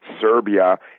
Serbia